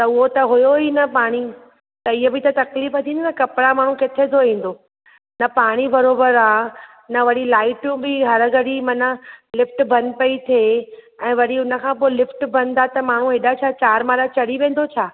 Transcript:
त उहो त हुओ ई न पाणी त इहा बि त तकलीफ़ थी न कपड़ा माण्हू किथे धोईंदो न पाणी बरोबर आहे न वरी लाइटूं बि हर घड़ी माना लिफ़्ट बंदि पेई थिए ऐं वरी हुन खा पोइ लिफ़्ट बंदि आहे त माण्हू हेॾा छा चारि माला चढ़ी वेंदो छा